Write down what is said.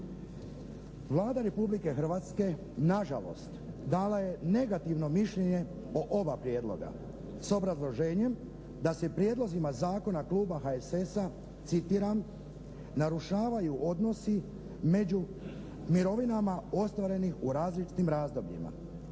Vlada Republike Hrvatske nažalost dala je negativno mišljenje o oba prijedloga s obrazloženjem da se prijedlozima zakona Kluba HSS-a, citiram: «narušavaju odnosi među mirovinama ostvarenih u različitim razdobljima».